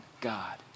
God